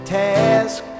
task